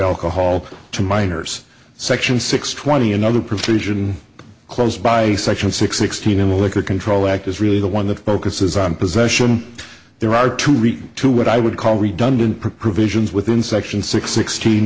alcohol to minors section six twenty another provision close by section sixteen in the liquor control act is really the one that focuses on possession there are two return to what i would call redundant provisions within section six sixteen